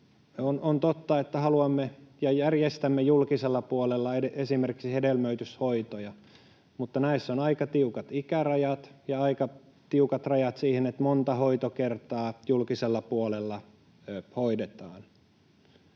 On totta, että haluamme ja järjestämme julkisella puolella esimerkiksi hedelmöityshoitoja, mutta näissä on aika tiukat ikärajat ja aika tiukat rajat siihen, montako kertaa julkisella puolella hoidetaan.